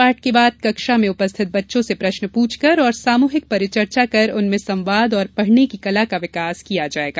पाठ के बाद कक्षा में उपस्थित बच्चों से प्रश्न पूछकर और सामूहिक परिचर्चा कर उनमें संवाद एवं पढ़ने की कला का विकास किया जायेगा